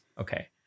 Okay